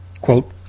Quote